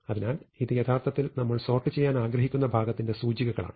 അതിനാൽ ഇത് യഥാർത്ഥത്തിൽ നമ്മൾ സോർട്ട് ചെയ്യാൻ ആഗ്രഹിക്കുന്ന ഭാഗത്തിന്റെ സൂചികകളാണ്